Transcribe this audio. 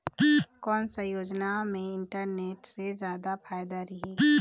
कोन सा योजना मे इन्वेस्टमेंट से जादा फायदा रही?